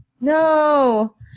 No